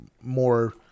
more